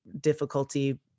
difficulty